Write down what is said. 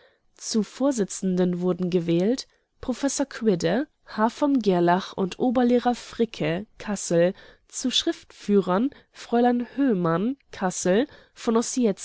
zu vorsitzenden wurden gewählt prof quidde h v gerlach und oberlehrer fricke kassel zu schriftführern frl höhmann kassel